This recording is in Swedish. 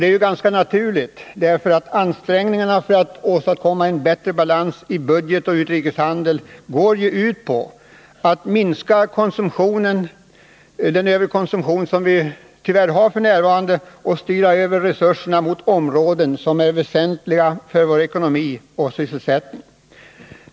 Det är ganska naturligt, eftersom ansträngningarna för att åstadkomma en bättre balans i budgeten och i utrikeshandeln ju går ut på att minska den överkonsumtion som vi tyvärr har f. n. och på att styra över resurserna mot områden som är väsentliga för vår ekonomi och sysselsättning.